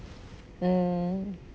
mm